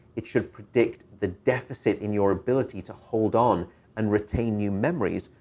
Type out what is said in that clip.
it should predict the deficit in your ability to hold on and retain new memories,